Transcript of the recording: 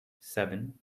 seven